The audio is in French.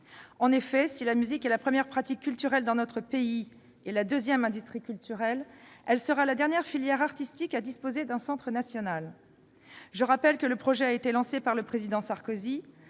En effet, si la musique est la première pratique culturelle et la deuxième industrie culturelle dans notre pays, elle sera la dernière filière artistique à disposer d'un centre national. Je rappelle que le projet a été lancé par le Président Sarkozy,